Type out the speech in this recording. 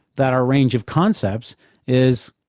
that our range of concepts is.